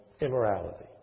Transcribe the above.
immorality